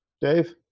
Dave